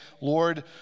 Lord